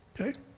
Okay